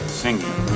singing